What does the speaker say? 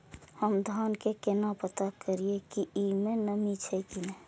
हम धान के केना पता करिए की ई में नमी छे की ने?